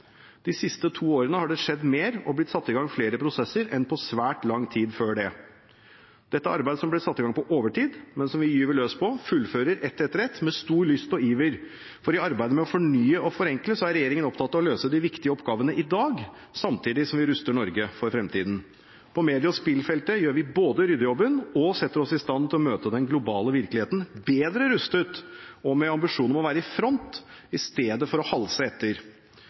De siste to årene har det skjedd mer og blitt satt i gang flere prosesser enn på svært lang tid før det. Dette arbeidet – som ble satt i gang på overtid, men som vi gyver løs på – fullfører vi ett etter ett med stor lyst og iver, for i arbeidet med å fornye og forenkle er regjeringen opptatt av å løse de viktige oppgavene i dag, samtidig som vi ruster Norge for fremtiden. På medie- og spillfeltet gjør vi både ryddejobben og setter oss i stand til å møte den globale virkeligheten – bedre rustet og med ambisjoner om å være i front i stedet for å halse etter.